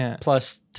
plus